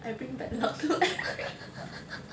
I bring back bad luck to everyone